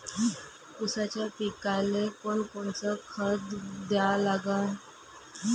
ऊसाच्या पिकाले कोनकोनचं खत द्या लागन?